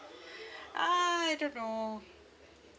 I don't know